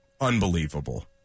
unbelievable